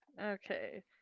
Okay